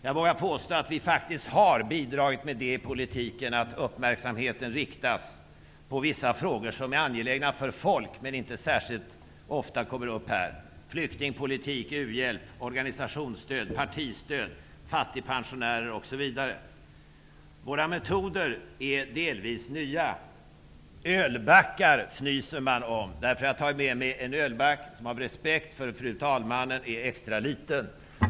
Jag vågar faktiskt påstå att vi har bidragit till att uppmärksamheten riktats mot politiken och mot vissa frågor som är angelägna för folk, men som inte särskilt ofta kommer upp här i kammaren, t.ex. flyktingpolitik, u-hjälp, organisationsstöd, partistöd, fattigpensionärer osv. Våra metoder är delvis nya. Många fnyser över ölbackar. Därför har jag tagit med mig en ölback, som av respekt för fru talman är extra liten.